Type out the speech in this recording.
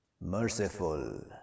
merciful